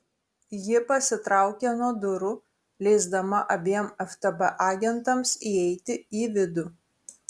ji pasitraukė nuo durų leisdama abiem ftb agentams įeiti į vidų